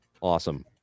Awesome